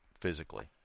physically